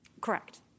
Correct